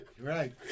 right